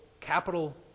Capital